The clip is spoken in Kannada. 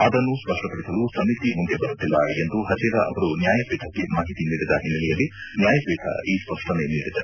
ಅದನ್ನು ಸ್ಪಷ್ಟಪದಿಸಲು ಸಮಿತಿ ಮುಂದೆ ಬರುತ್ತಿಲ್ಲ ಎಂದು ಹಜೇಲಾ ಅವರು ನ್ಯಾಯಪೀಠಕ್ಕೆ ಮಾಹಿತಿ ನೀಡಿದ ಹಿನ್ನೆಲೆಯಲ್ಲಿ ನ್ಯಾಯ ಪೀಠ ಈ ಸ್ಪಷ್ಟನೆ ನೀಡಿದೆ